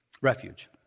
Refuge